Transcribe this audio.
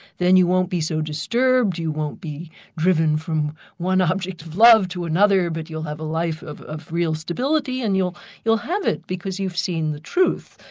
then you won't be so disturbed, you won't be driven from one object of love to another, but you'll have a life of of real stability and you'll you'll have it because you've seen the truth.